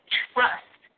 trust